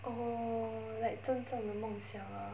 oh like 真正的梦想 ah